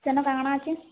ସେନ୍ କାଣା କାଣା ଅଛି